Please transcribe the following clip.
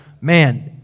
Man